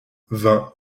vingt